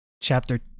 chapter